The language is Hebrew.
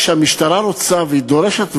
כשהמשטרה רוצה והיא דורשת,